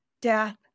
death